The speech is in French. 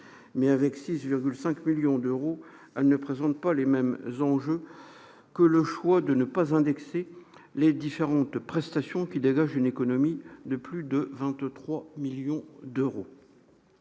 avec 6,5 millions d'euros, elles ne présentent pas les mêmes enjeux que le choix de ne pas indexer les différentes prestations, qui dégage une économie de plus de 23 millions d'euros.